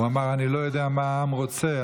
הוא אמר: אני לא יודע מה העם רוצה,